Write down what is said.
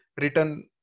written